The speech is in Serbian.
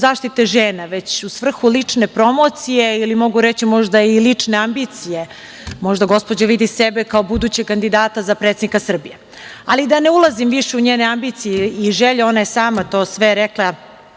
zaštite žena, već u svrhu lične promocije ili mogu reći možda i lične ambicije. Možda gospođa vidi sebe kao budućeg kandidata za predsednika Srbije. Ali da ne ulazim više u njene ambicije i želje, ona je sama to sve rekla